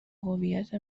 هویت